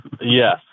Yes